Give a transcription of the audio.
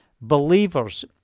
believers